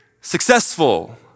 successful